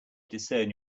discern